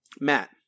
Matt